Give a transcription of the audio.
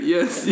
Yes